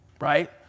right